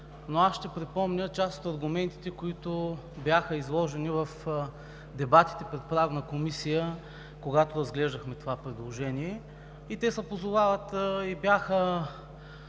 Но аз ще припомня част от аргументите, които бяха изложени в дебатите пред Правната комисия, когато разглеждахме това предложение, и бяха